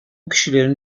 kişilerin